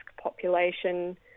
population